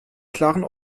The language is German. klaren